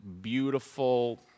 beautiful